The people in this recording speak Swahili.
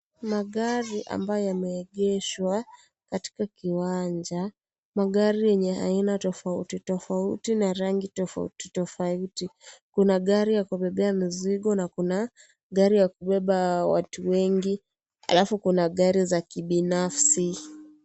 Magari ambayo yameegeshwa katika kiwanja, magari yenye aina tofauti tofauti na rangi tofauti tofauti, kuna gari ya kubebea mizigo na kuna gari ya kubeba watu wengi, halafu kuna gari za kibinafsi.